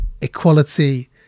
equality